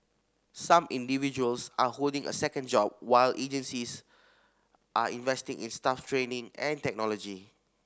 some individuals are holding a second job while agencies are investing in staff training and technology